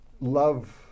love